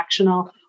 transactional